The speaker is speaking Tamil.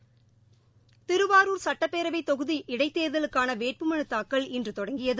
தி ருவாரு ா் சட்டப் பேரவைத் தொ குதி இனடத்தோம்தலுக்கான வேட்ப ம னு தாக்கல் இன்று தொடங்கியது